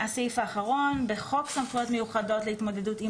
תיקון חוק סמכויות מיוחדות להתמודדות עם